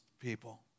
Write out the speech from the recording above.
people